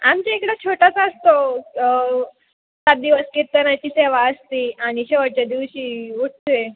आमच्याइकडं छोटासा असतो सात दिवस कीर्तनाची सेवा असते आणि शेवटच्या दिवशी उठतं आहे